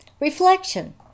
Reflection